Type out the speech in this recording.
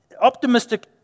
optimistic